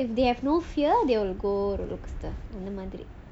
so if they have no fear they'll go roller coaster